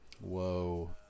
whoa